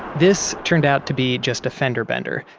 this turned out to be just a fender bender,